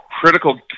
critical